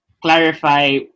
clarify